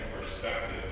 perspective